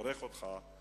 לברך אותך,